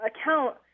account